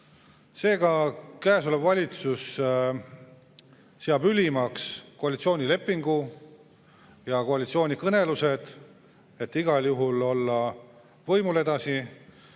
Seega, käesolev valitsus seab ülimaks koalitsioonilepingu ja koalitsioonikõnelused, et igal juhul olla võimul edasi.